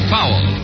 Powell